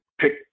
pick